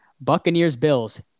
Buccaneers-Bills